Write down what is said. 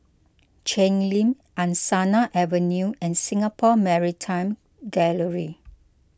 Cheng Lim Angsana Avenue and Singapore Maritime Gallery